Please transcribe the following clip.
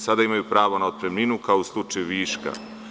Sada imaju pravo na otpremninu, kao u slučaju viška.